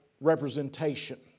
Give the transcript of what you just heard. representation